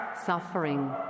suffering